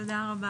תודה רבה.